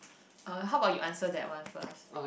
uh how about you answer that one first